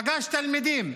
פגש תלמידים,